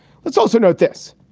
let's also note this.